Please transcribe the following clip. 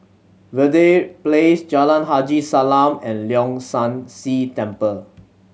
Verde Place Jalan Haji Salam and Leong San See Temple